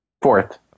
Fourth